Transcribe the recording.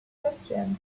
question